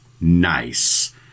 nice